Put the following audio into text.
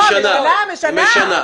לכל אחד מחברי הכנסת יש פה דעה בוויכוח.